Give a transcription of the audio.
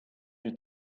you